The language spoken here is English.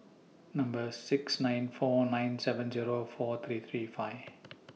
Number six nine four nine seven Zero four three three five